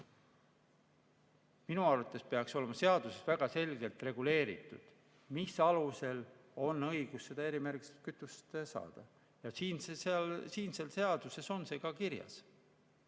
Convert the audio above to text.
Minu arvates peaks olema seaduses väga selgelt reguleeritud, mis alusel on õigus erimärgistatud kütust saada. Seaduses on see ka kirjas.